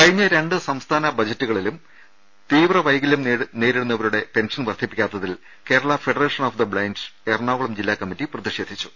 കഴിഞ്ഞ രണ്ടു സംസ്ഥാന ബജറ്റുകളിലും തീവ്രവൈകലൃം നേരിടുന്നവ രുടെ പെൻഷൻ വർധിപ്പിക്കാത്തതിൽ Kerala federation of the blind Ernakulam ജില്ലാ കമ്മിറ്റി പ്രതിഷേധിച്ചു